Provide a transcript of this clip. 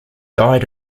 died